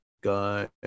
guy